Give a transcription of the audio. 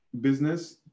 business